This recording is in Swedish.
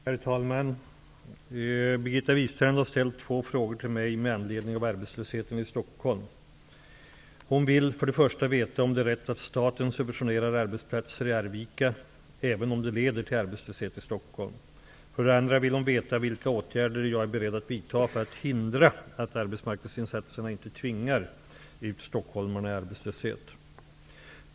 Herr talman! Birgitta Wistrand har ställt två frågor till mig med anledning av arbetslösheten i Hon vill för det första veta om det är rätt att staten subventionerar arbetsplatser i Arvika även om det leder till arbetslöshet i Stockholm. För det andra vill hon veta vilka åtgärder jag är beredd att vidta för att hindra att arbetsmarknadsinsatserna inte tvingar ut stockholmarna i arbetslöshet.